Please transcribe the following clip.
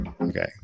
Okay